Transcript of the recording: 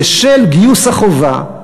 בשל גיוס החובה,